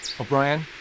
O'Brien